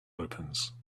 opens